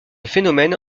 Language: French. phénomène